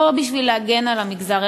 לא בשביל להגן על המגזר,